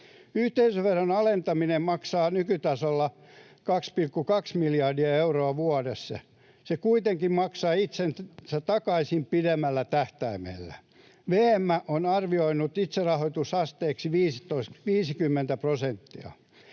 Yhteisöveron alentaminen maksaa nykytasolla 2,2 miljardia euroa vuodessa. Se kuitenkin maksaa itseään takaisin pidemmällä tähtäimellä. VM on arvioinut itserahoitusasteeksi 50 prosenttia.